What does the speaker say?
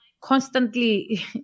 constantly